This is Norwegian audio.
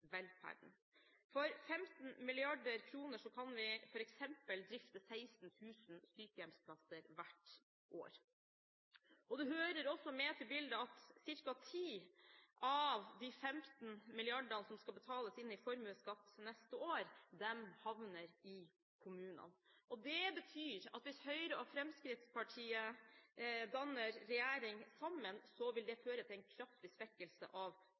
kan vi f.eks. drifte 16 000 sykehjemsplasser hvert år. Det hører også med til bildet at ca. 10 av de 15 milliardene som skal betales inn i formuesskatt neste år, havner i kommunene. Det betyr at hvis Høyre og Fremskrittspartiet danner regjering sammen, vil det føre til en kraftig svekkelse av